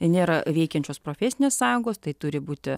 nėra veikiančios profesinės sąjungos tai turi būti